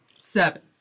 Seven